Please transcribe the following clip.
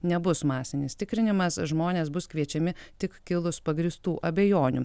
nebus masinis tikrinimas žmonės bus kviečiami tik kilus pagrįstų abejonių